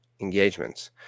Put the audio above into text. engagements